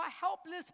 helpless